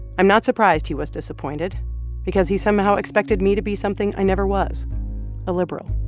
i'm not surprised he was disappointed because he somehow expected me to be something i never was a liberal.